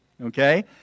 okay